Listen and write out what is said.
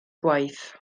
gwaith